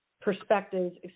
perspectives